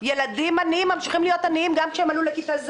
ילדים עניים ממשיכים להיות עניים גם כשהם עלו לכיתה ז'.